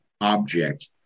object